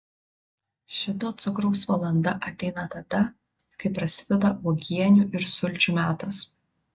šito cukraus valanda ateina tada kai prasideda uogienių ir sulčių metas